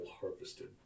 harvested